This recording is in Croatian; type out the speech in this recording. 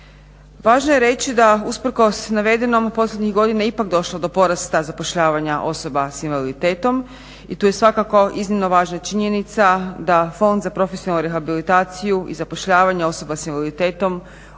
Važno je reći da usprkos navedenom posljednjih godina ipak došlo do porasta osoba s invaliditetom i tu je svakako važna činjenica da Fond za profesionalnu rehabilitaciju i zapošljavanje osoba s invaliditetom od